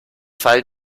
fall